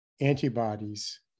antibodies